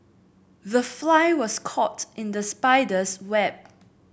the fly was caught in the spider's web